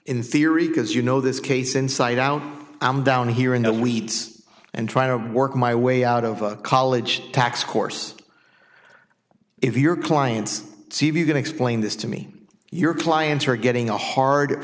in theory because you know this case inside out i'm down here in the weeds and trying to work my way out of a college tax course if your clients see if you can explain this to me your clients are getting a hard